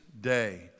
day